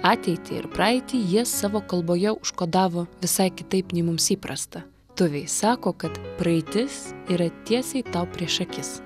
ateitį ir praeitį jie savo kalboje užkodavo visai kitaip nei mums įprasta tuviai sako kad praeitis yra tiesiai tau prieš akis